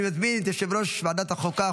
אני מזמין את יושב-ראש ועדת החוקה,